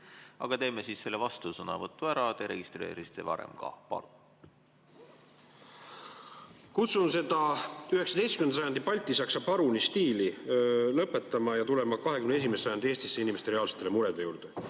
Aga teeme siis selle vastusõnavõtu ära. Te registreerisite varem ka. Palun! Kutsun seda 19. sajandi baltisaksa paruni stiili lõpetama ja tulema 21. sajandi Eestisse inimeste reaalsete murede juurde.